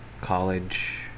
college